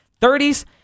30s